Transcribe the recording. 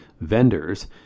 vendors